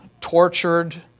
tortured